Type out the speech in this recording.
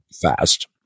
fast